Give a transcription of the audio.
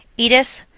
edith,